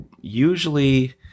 usually